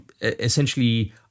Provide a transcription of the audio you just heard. essentially